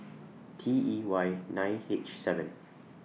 T E Y nine H seven